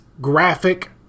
graphic